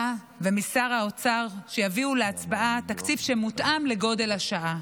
ושר האוצר יביאו להצבעה תקציב שמותאם לגודל השעה.